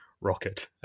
Rocket